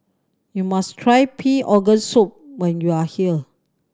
you must try pig organ soup when you are here